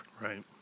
Right